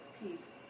peace